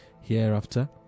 hereafter